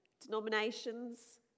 denominations